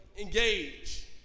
engage